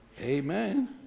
Amen